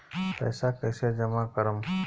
पैसा कईसे जामा करम?